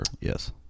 Yes